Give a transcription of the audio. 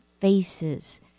faces